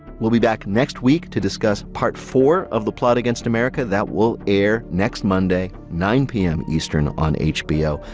we'll be back next week to discuss part four of the plot against america. that will air next monday, nine zero p m. eastern on hbo.